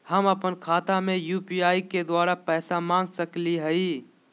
हम अपन खाता में यू.पी.आई के द्वारा पैसा मांग सकई हई?